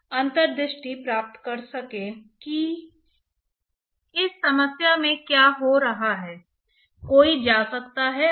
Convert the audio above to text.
और किसी के पास एक कंसंट्रेशन सीमा परत हो सकती है और किसी के पास एक थर्मल सीमा परत हो सकती है